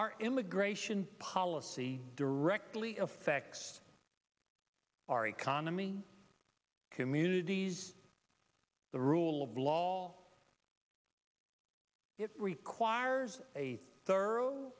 our immigration policy directly affects our economy communities the rule of law it requires a thorough